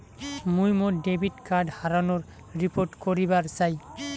মুই মোর debit card হারানোর রিপোর্ট করিবার চাই